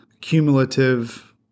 cumulative